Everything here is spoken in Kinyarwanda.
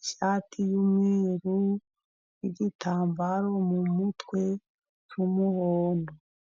ishati y'umweru n'igitambaro mu mutwe cy'umuhondo.